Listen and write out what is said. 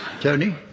Tony